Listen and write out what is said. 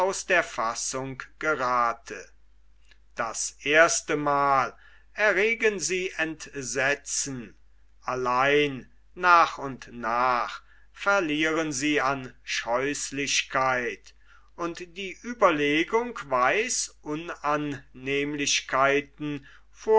der fassung gerathe das erste mal erregen sie entsetzen allein nach und nach verlieren sie an